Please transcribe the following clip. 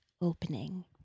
opening